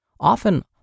Often